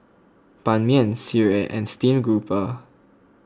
Ban Mian Sireh and Steamed Garoupa